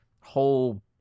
whole